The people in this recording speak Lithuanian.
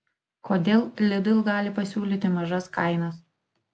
kodėl lidl gali pasiūlyti mažas kainas